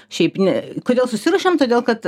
šiaip ne kodėl susiruošėm todėl kad